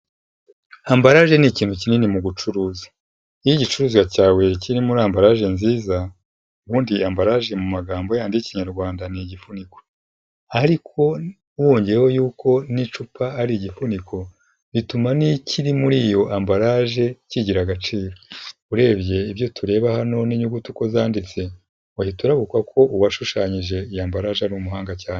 Ambarage ni ikintutu kinini mu gucuruza. Iyo igicuruzwa cyawe kiririmo muri ambarage nziza, ubundi ambarage mu magambo yandi y'ikinyarwanda ni igifuniko, ariko wongeyeho yuko n'icupa ari igifuniko bituma n'ikiri muri iyo ambaralge kigira agaciro. Urebye ibyo tureba hano n'inyuguti uko zanditse wahita wibuka ko uwashushanyije iyi ambaraje ari umuhanga cyane.